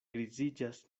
griziĝas